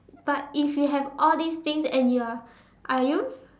but if you have all these things and you are are you